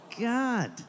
God